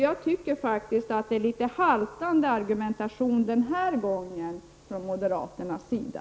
Jag tycker faktiskt att moderaternas argumentation den här gången är något haltande.